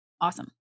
Awesome